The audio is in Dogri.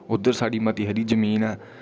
उद्धर साढ़ी मती हारी जमीन